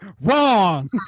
Wrong